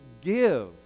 give